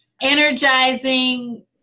energizing